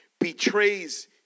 betrays